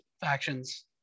factions